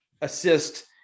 assist